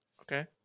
Okay